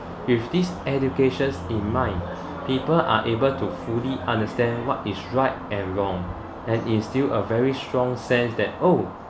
with this educations in mind people are able to fully understand what is right and wrong and instill a very strong sense that oh